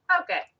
okay